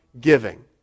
giving